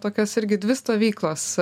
tokios irgi dvi stovyklos